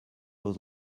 was